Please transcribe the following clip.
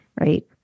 right